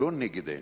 לא נגד האנושות.